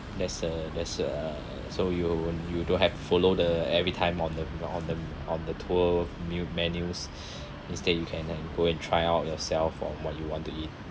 there's a there's a uh so you won't you don't have to follow the every time on the on the on the tour men~ menus instead you can then go and try out yourself on what you want to eat